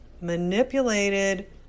manipulated